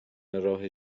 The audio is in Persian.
راه